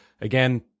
again